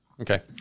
Okay